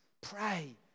Pray